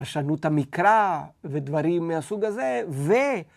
‫פרשנות המקרא ודברים מהסוג הזה, ו...